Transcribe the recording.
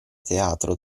teatro